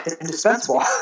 indispensable